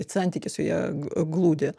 santykis su ja glūdi